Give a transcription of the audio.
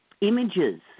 images